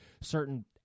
certain